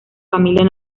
familia